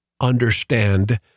understand